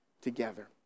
together